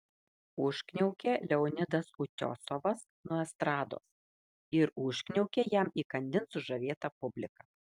užkniaukė leonidas utiosovas nuo estrados ir užkniaukė jam įkandin sužavėta publika